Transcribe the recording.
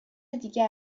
دیگه